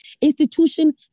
institution